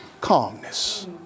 calmness